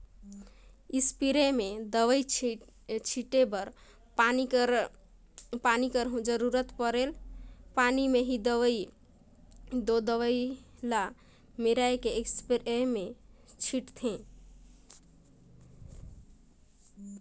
sprayer में दवई छींचे बर पानी कर घलो जरूरत परथे पानी में ही दो दवई ल मेराए के इस्परे मे छींचथें